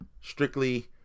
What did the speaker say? strictly